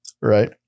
right